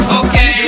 okay